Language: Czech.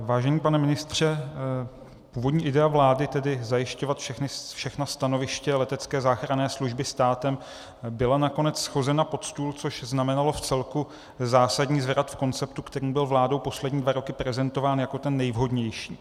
Vážený pane ministře, původní idea vlády, tedy zajišťovat všechna stanoviště letecké záchranné služby státem, byla nakonec shozena pod stůl, což znamenalo vcelku zásadní zvrat v konceptu, který byl vládou poslední dva roky prezentován jako ten nejvhodnější.